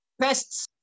pests